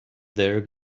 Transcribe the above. there